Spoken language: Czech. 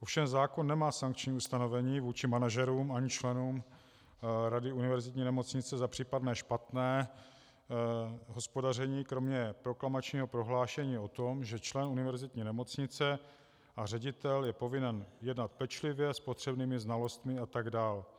Ovšem zákon nemá sankční ustanovení vůči manažerům ani členům rady univerzitní nemocnice za případné špatné hospodaření kromě proklamačního prohlášení o tom, že člen univerzitní nemocnice a ředitel je povinen jednat pečlivě, s potřebnými znalostmi a tak dál.